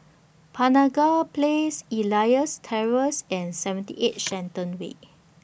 Penaga Place Elias Terrace and seventy eight Shenton Way